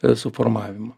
a suformavimo